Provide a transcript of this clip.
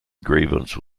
grievance